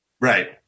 right